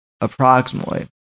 Approximately